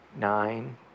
nine